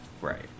Right